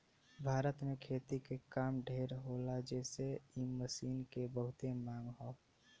भारत में खेती के काम ढेर होला जेसे इ मशीन के बहुते मांग हौ